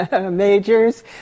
majors